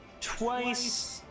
Twice